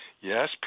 Yes